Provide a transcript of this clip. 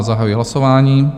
Zahajuji hlasování.